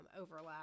overlap